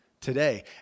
today